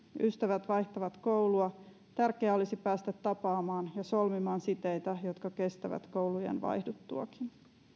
ystävät vaihtavat koulua tärkeää olisi päästä tapaamaan ja solmimaan siteitä jotka kestävät koulujen vaihduttuakin